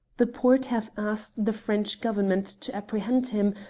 the porte have asked the french government to apprehend him,